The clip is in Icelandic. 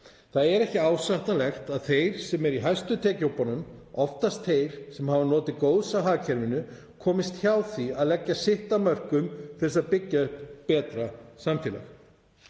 Það er ekki ásættanlegt að þeir sem eru í hæstu tekjuhópunum, oftast þeir sem hafa notið góðs af hagkerfinu, komist hjá því að leggja sitt af mörkum til að byggja upp betra samfélag.